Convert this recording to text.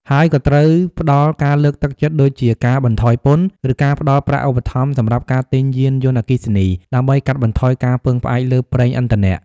ហើយក៏ត្រូវផ្តល់ការលើកទឹកចិត្តដូចជាការបន្ថយពន្ធ ឬការផ្តល់ប្រាក់ឧបត្ថម្ភសម្រាប់ការទិញយានយន្តអគ្គិសនី ដើម្បីកាត់បន្ថយការពឹងផ្អែកលើប្រេងឥន្ធនៈ។